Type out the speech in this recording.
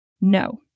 No